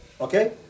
Okay